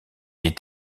est